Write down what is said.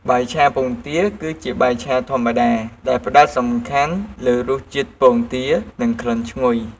បាយឆាពងទាគឺជាបាយឆាធម្មតា ដែលផ្តោតសំខាន់លើរសជាតិពងទា និងក្លិនឈ្ងុយ។